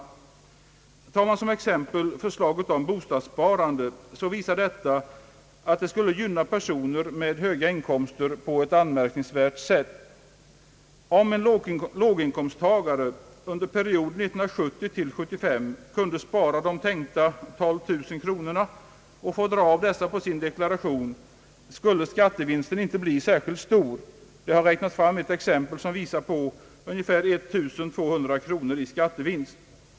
Tar man som exempel förslaget om bostadssparande, finner man att detta visar att det skulle gynna personer med höga inkomster på ett anmärkningsvärt sätt. Om en låginkomsttagare under perioden 1970—1975 kunde spara det tänkta beloppet av 12 000 kronor och skulle få dra av detta belopp vid sin deklaration, skulle skattevinsten inte bli särskilt stor. Det har räknats fram ett exempel som visar att det blir ungefär 1200 kronor i skattevinst.